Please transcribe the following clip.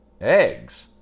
Eggs